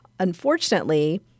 Unfortunately